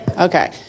Okay